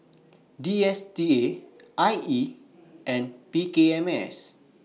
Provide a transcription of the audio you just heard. D S T A I E and P K M S